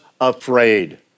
afraid